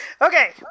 okay